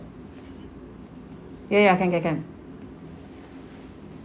ya ya can can can